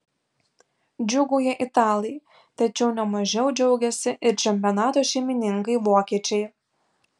džiūgauja italai tačiau ne mažiau džiaugiasi ir čempionato šeimininkai vokiečiai